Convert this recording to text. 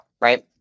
right